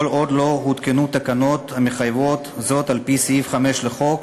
כל עוד לא הותקנו תקנות המחייבות זאת לפי סעיף 5 לחוק,